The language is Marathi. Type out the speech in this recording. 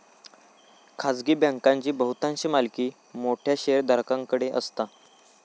खाजगी बँकांची बहुतांश मालकी मोठ्या शेयरधारकांकडे असता